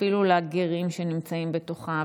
אפילו לגרים שנמצאים בתוכה,